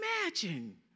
imagine